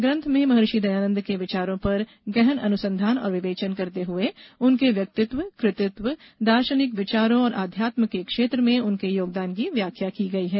ग्रंथ में महर्षि दयानंद के विचारों पर गहन अनुसंधान और विवेचन करते हुए उनके व्यक्तित्व कृ तित्व दार्शनिक विचारों और अध्यात्म के क्षेत्र में उनके ्योगदान की व्याख्या की गई है